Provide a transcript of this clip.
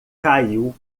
caiu